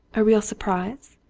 a real surprise?